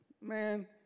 man